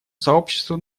сообществу